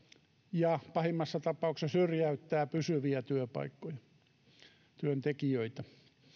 ja pahimmassa tapauksessa syrjäyttää pysyviä työntekijöitä